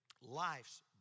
life's